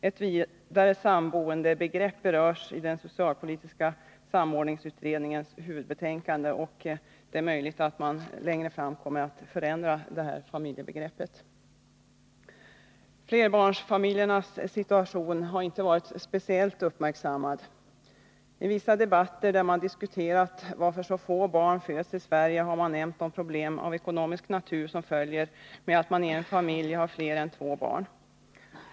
Ett vidare samboendebegrepp berörs i den socialpolitiska samordningsutredningens huvudbetänkande, och det är möjligt att man längre fram kommer att förändra familjebegreppet. Flerbarnsfamiljernas situation har ej varit speciellt uppmärksammad. I vissa debatter där man diskuterat vad det beror på att så få barn föds i Sverige har man nämnt de problem av ekonomisk natur som följer av att man i en familj har fler än två barn.